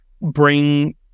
bring